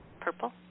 Purple